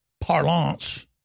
parlance